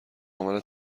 عامل